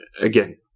again